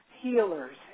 healers